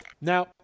Now